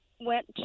went